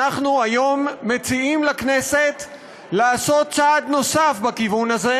אנחנו היום מציעים לכנסת לעשות צעד נוסף בכיוון הזה